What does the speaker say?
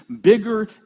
bigger